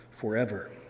forever